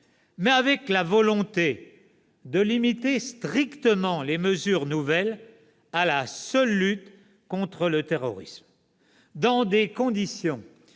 mais avec la volonté de limiter strictement les mesures nouvelles à la seule lutte contre le terrorisme, dans des conditions